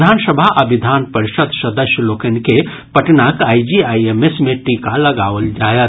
विधानसभा आ विधान परिषद सदस्य लोकनि के पटनाक आईजीआईएमएस मे टीका लगाओल जायत